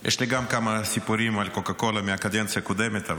יש לי כמה סיפורים על קוקה קולה מהקדנציה הקודמת,